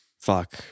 Fuck